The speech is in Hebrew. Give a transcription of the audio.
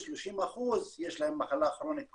30% שיש להם מחלה כרונית כלשהי.